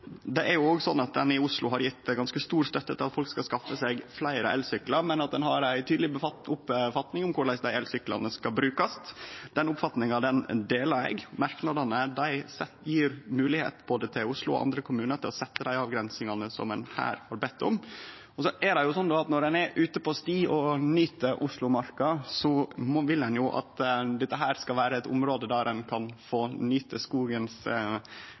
Det er òg sånn at ein i Oslo har gjeve ganske stor støtte til at folk skal skaffe seg fleire elsyklar, men at ein har ei tydeleg oppfatning om korleis dei elsyklane skal brukast. Den oppfatninga deler eg. Merknadene gjev moglegheit for både Oslo og dei andre kommunane til å setje dei avgrensingane som ein her har bedt om. Så er det slik at når ein er ute på sti og nyt Oslomarka, vil ein at dette skal vere eit område der ein kan få nyte